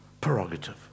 prerogative